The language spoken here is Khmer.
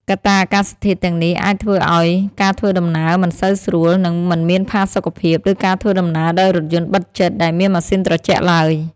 កត្តាអាកាសធាតុទាំងនេះអាចធ្វើឱ្យការធ្វើដំណើរ មិនសូវស្រួល និងមិនមានផាសុខភាព ដូចការធ្វើដំណើរដោយរថយន្តបិទជិតដែលមានម៉ាស៊ីនត្រជាក់ឡើយ។